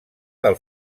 del